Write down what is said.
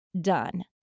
done